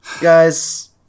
guys